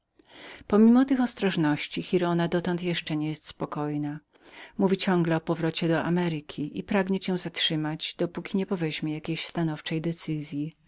pomimo tych ostrożności giralda dotąd jeszcze nie jest spokojną mówi ciągle o powrocie do ameryki i pragnie cię tu zatrzymać dopóki nie przedsięweźmie jakiego stanowczego